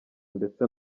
ndetse